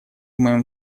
моем